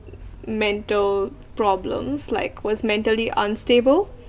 mental problems like was mentally unstable